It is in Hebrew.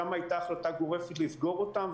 שם היתה החלטה גורפת לסגור אותם,